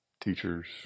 teachers